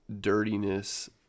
dirtiness